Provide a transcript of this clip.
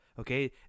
Okay